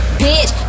bitch